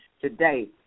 Today